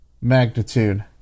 Magnitude